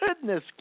goodness